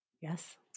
Yes